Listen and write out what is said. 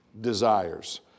desires